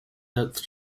depth